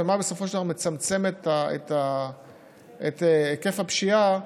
מה בסופו של דבר מצמצם את היקף הפשיעה,